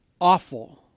awful